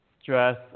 stress